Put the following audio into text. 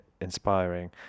inspiring